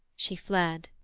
she fled.